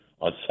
on